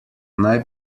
naj